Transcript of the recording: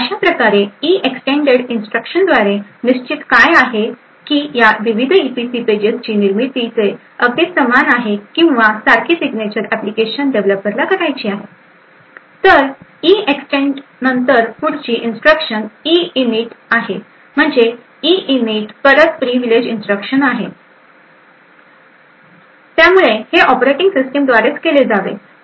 अशाप्रकारे EEXTEND instruction द्वारे निश्चित काय आहे की या विविध ईपीसी पेजेसची निर्मिती चे अगदी समान आहे किंवा सारखी सिग्नेचर ऍप्लिकेशन डेव्हलपरला करायची आहे तर इइक्स्टेंड नंतर पुढची इन्स्ट्रक्शन इइनइटआहे म्हणजे इइनइट परत प्रिव्हिलेज इन्स्ट्रक्शन आहे आणि त्यामुळे हे ऑपरेटिंग सिस्टमद्वारेचं केले जावे